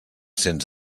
cents